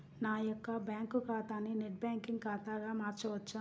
నా యొక్క బ్యాంకు ఖాతాని నెట్ బ్యాంకింగ్ ఖాతాగా మార్చవచ్చా?